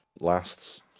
lasts